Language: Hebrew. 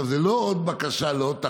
זה לא עוד בקשה לעוד תחנה,